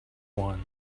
one